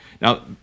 Now